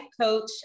coach